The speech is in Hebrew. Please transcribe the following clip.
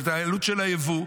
או את עלות היבוא,